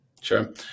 Sure